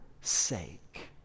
sake